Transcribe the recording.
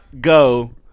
go